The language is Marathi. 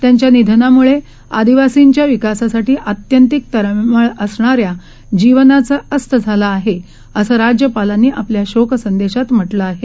त्यांच्यानिधनाम्ळेआदिवासींच्याविकासासाठीआत्यंतिकतळमळअसणाऱ्याजीवनाचाअस्तझालाआहे असंराज्यपालांनीआपल्याशोकसंदेशातम्हटलंआहे